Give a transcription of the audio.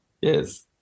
Yes